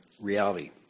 reality